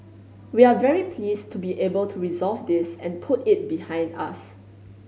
we're very pleased to be able to resolve this and put it behind us